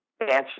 answers